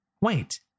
Wait